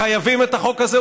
חייבים את החוק הזה.